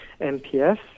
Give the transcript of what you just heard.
MPS